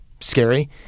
scary